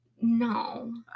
No